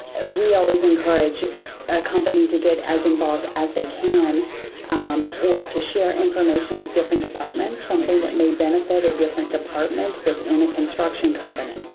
we always encourage a company to get as involved as they can or to share information with different departments, something that may benefit a different department within a construction company.